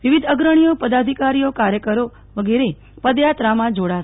વિવિધ અગ્રણીઓ પદાધિકારીઓ કાર્યકરો વિગેરે પદયાત્રામાં જોડાશે